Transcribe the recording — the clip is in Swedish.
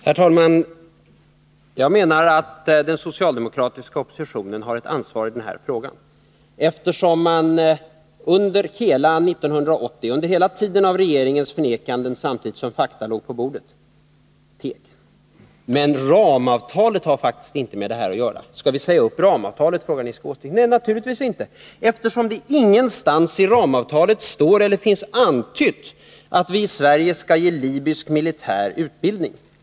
Herr talman! Jag menar att den socialdemokratiska oppositionen har ett ansvar i denna fråga, eftersom den teg under hela 1980, under ett helt år av förnekanden samtidigt som fakta låg på bordet. Men ramavtalet har faktiskt inte med detta att göra. Skall vi säga upp ramavtalet, frågade Nils Åsling. Nej, naturligtvis inte, eftersom det ingenstans i ramavtalet står eller ens finns antytt att vi i Sverige skall ge libysk militär utbildning.